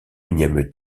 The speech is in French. unième